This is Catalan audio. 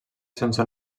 sense